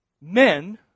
men